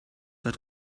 that